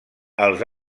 els